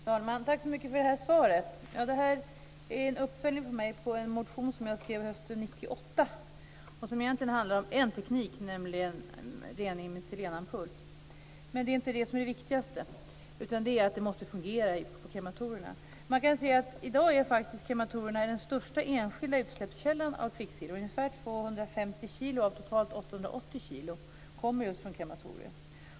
Fru talman! Tack så mycket för svaret! Detta är en uppföljning på en motion som jag skrev hösten 1998, och som egentligen handlar om en teknik, nämligen rening med selenampull. Men det är inte detta som är det viktigaste, utan det viktigaste är att det fungerar på krematorierna. Man kan säga att krematorierna i dag är den största enskilda utsläppskällan av kvicksilver. Ungefär 250 kg av totalt 880 kg kommer från krematorier.